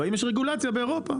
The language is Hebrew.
והאם יש רגולציה באירופה?